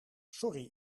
sorry